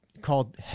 called